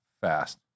fast